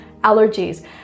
allergies